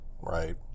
Right